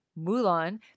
Mulan